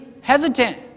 hesitant